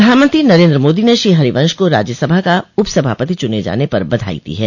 प्रधानमंत्री नरेन्द्र मोदी ने श्री हरिवंश को राज्यसभा का उपसभापति चुने जाने पर बधाई दी है